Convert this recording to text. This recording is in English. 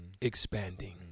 expanding